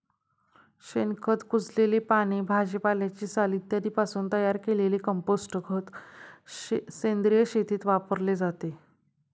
शेणखत, कुजलेली पाने, भाजीपाल्याची साल इत्यादींपासून तयार केलेले कंपोस्ट खत सेंद्रिय शेतीत वापरले जाते